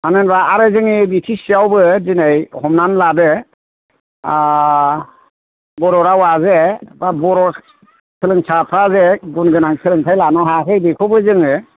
मानो होनबा आरो जोंनि बि टि सि आवबो दिनै हमनानै लादो बर' रावआ जे बा बर' सोलोंसाफ्राजे गुन गोनां सोलोंथाइ लानो हायाखै बेखौबो जोङो